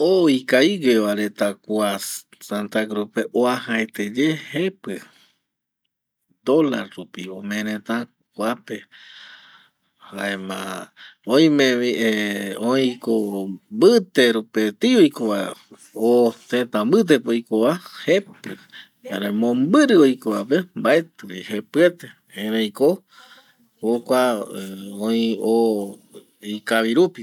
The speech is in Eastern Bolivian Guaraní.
O ikavigüe eta kua SantaCruz pegua uajaete ye jepi dólar rupi ome reta kuape jaema oime vi oiko vite rupi etei oiko va jepi jaema ombiri oiko va mmbaeti jepi eri ko jokua oi o ikavi rupi